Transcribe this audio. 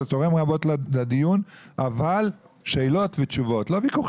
אתה תורם רבות לדיון ואני מבקש לקבל עליה תשובה.